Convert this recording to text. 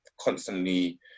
constantly